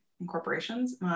incorporations